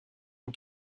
une